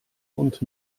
und